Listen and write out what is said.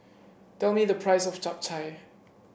tell me the price of Chap Chai